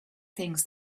things